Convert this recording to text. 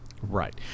right